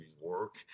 work